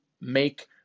make